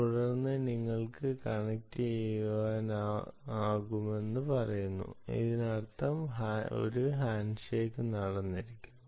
തുടർന്ന് നിങ്ങൾക്ക് കണക്റ്റുചെയ്യാനാകുമെന്ന് പറയുന്നു അതിനർത്ഥം ഒരു ഹാൻഡ്ഷേക്ക് നടന്നിരിക്കുന്നു